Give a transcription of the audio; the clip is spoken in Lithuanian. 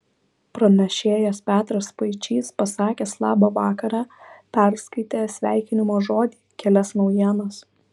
pranešėjas petras spaičys pasakęs labą vakarą perskaitė sveikinimo žodį kelias naujienas